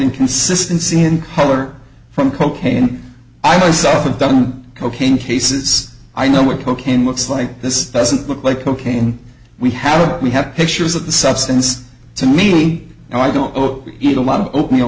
in consistency in color from cocaine i was often done cocaine cases i know what cocaine looks like this doesn't look like cocaine we have we have pictures of the substance to me and i don't eat a lot of oatmeal